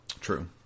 True